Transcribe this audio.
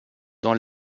dans